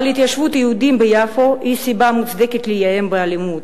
אבל התיישבות היהודים ביפו היא סיבה מוצדקת לאיים באלימות.